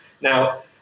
Now